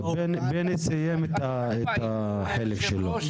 בני סיים את החלק שלו.